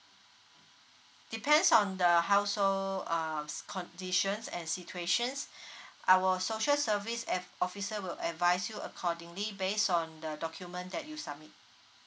depends on the household uh conditions and situations our social service af~ officer will advise you accordingly based on the document that you submit